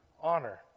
honor